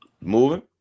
Moving